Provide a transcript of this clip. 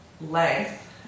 length